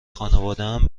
خانوادهام